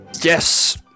Yes